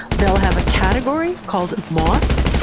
they'll have a category called moss,